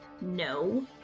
No